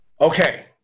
okay